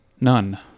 none